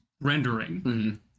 rendering